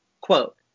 Quote